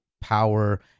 power